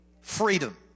freedom